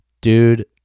dude